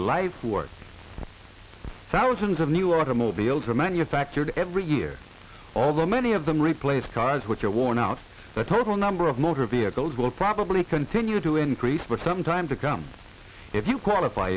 life worth thousands of new automobiles are manufactured every year although many of them replace cars which are worn out the total number of motor vehicles will probably continue to increase but some time to come if you qualify